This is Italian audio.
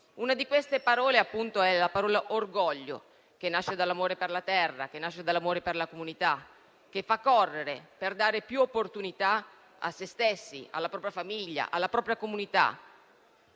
Una di queste parole, appunto, è la parola orgoglio, che nasce dall'amore per la terra e per la comunità, che fa correre, per dare più opportunità a se stessi, alla propria famiglia e alla propria comunità,